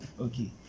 Okay